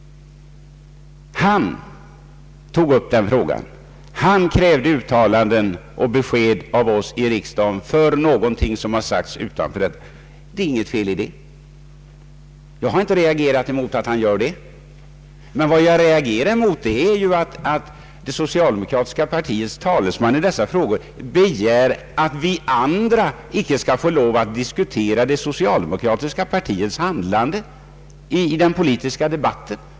Han tog upp den frågan och krävde uttalande och besked av oss i riksdagen beträffande någonting som hade sagts utanför detta hus. Däri ligger inget fel. Jag har inte reagerat mot att han gjorde det, utan mot att det socialdemokratiska partiets talesman i dessa frågor begär att vi andra inte skall diskutera det socialdemokratiska partiets handlande i den politiska debatten.